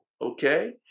okay